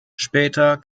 später